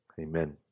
amen